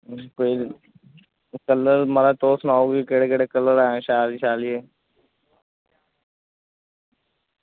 कल्लै ई म्हाराजद तुस सनाओ केह्ड़े केह्ड़े कलर शैल जेह्